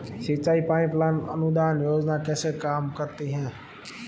सिंचाई pipeline अनुदान योजना कैसे काम करती है?